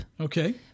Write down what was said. okay